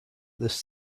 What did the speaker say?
this